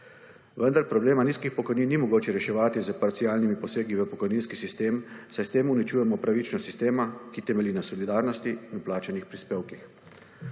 Vendar problema nizkih pokojnin ni mogoče reševati s parcialnimi posegi v pokojninski sistem, saj s tem uničujemo pravičnost sistema, ki temelji na solidarnosti in plačanih prispevkih.